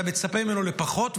אתה מצפה מהם לפחות,